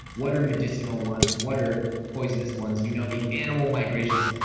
what are medicinal ones, what are poisonous ones? you know the animal migrations.